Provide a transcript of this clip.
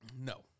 No